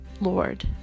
Lord